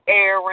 air